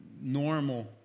normal